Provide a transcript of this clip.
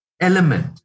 element